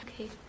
okay